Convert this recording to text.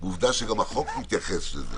עובדה שגם החוק מתייחס לזה.